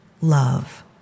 love